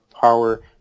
power